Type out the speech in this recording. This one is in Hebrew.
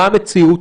מה המציאות,